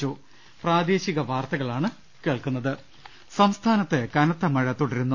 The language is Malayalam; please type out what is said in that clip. ടുറിപ്പെടു സംസ്ഥാനത്ത് കനത്ത മഴ തുടരുന്നു